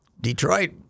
Detroit